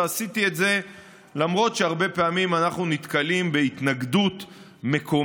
ועשיתי את זה למרות שהרבה פעמים אנחנו נתקלים בהתנגדות מקומית,